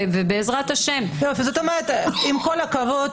ובעזרת השם --- עם כל הכבוד,